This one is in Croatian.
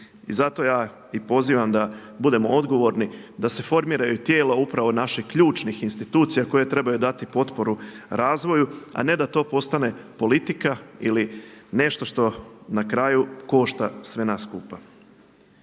I zato ja i pozivam da budemo odgovorni, da se formiraju tijela upravo naših ključnih institucija koje trebaju dati potporu razvoju, a ne da to postane politika ili nešto što na kraju košta sve nas skupa.